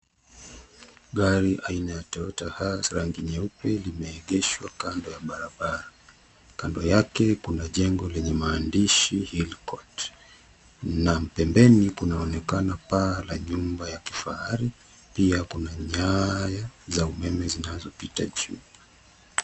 Gari aina ya Toyota HiAce rangi nyeupe, limeegeshwa kando ya barabara. Kando yake kuna jengo lenye maandishi Hill court , na pembeni, kunaonekana paa la nyumba ya kifahari, pia kuna nyaya za umeme zinazopita juu.